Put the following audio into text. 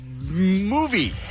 movie